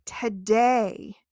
today